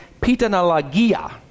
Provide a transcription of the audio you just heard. pitanalagia